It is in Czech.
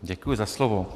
Děkuji za slovo.